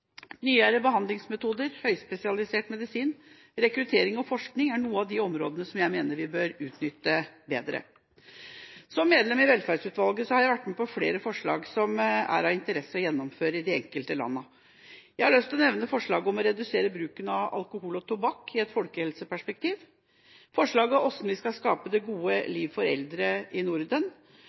Nyere behandlingsmetoder, høyspesialisert medisin, rekruttering og forskning er noen av de områdene som jeg mener vi bør utnytte bedre. Som medlem i velferdsutvalget har jeg vært med på flere forslag som er av interesse å gjennomføre i de enkelte landene. Jeg har lyst til å nevne forslaget om å redusere bruken av alkohol og tobakk i et folkehelseperspektiv, forslaget om hvordan vi skal skape det gode liv for eldre i Norden,